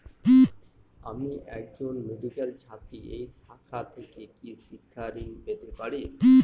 আমি একজন মেডিক্যাল ছাত্রী এই শাখা থেকে কি শিক্ষাঋণ পেতে পারি?